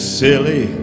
silly